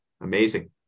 amazing